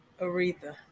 Aretha